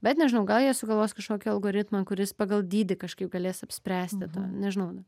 bet nežinau gal jie sugalvos kažkokį algoritmą kuris pagal dydį kažkaip galės apspręsti to nežinau